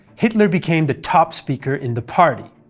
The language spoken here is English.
hitler became the top speaker in the party.